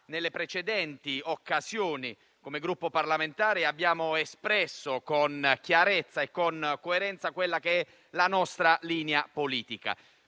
nelle precedenti occasioni, come Gruppo parlamentare, abbiamo espresso con chiarezza e coerenza la nostra linea politica.